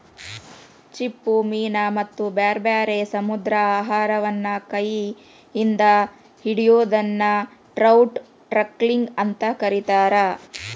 ಚಿಪ್ಪುಮೇನ ಮತ್ತ ಬ್ಯಾರ್ಬ್ಯಾರೇ ಸಮುದ್ರಾಹಾರವನ್ನ ಕೈ ಇಂದ ಹಿಡಿಯೋದನ್ನ ಟ್ರೌಟ್ ಟಕ್ಲಿಂಗ್ ಅಂತ ಕರೇತಾರ